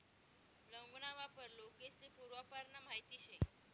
लौंग ना वापर लोकेस्ले पूर्वापारना माहित शे